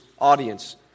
audience